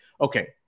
Okay